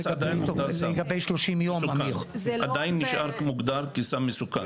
זה עדיין נשאר מוגדר כסם מסוכן.